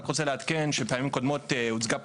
רק רוצה לעדכן שבפעמים הקודמות הוצגה פה